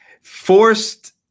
Forced